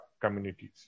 communities